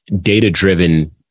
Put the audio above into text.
data-driven